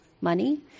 money